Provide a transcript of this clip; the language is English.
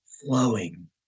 flowing